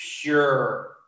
pure